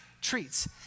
treats